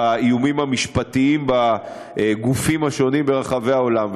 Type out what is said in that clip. איומים משפטיים בגופים שונים ברחבי העולם.